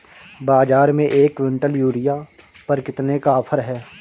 बाज़ार में एक किवंटल यूरिया पर कितने का ऑफ़र है?